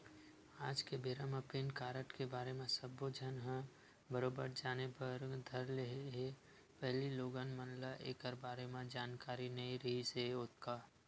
आज के बेरा म पेन कारड के बारे म सब्बो झन ह बरोबर जाने बर धर ले हे पहिली लोगन मन ल ऐखर बारे म जानकारी नइ रिहिस हे ओतका